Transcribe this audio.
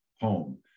home